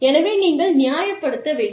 எனவே நீங்கள் நியாயப்படுத்த வேண்டும்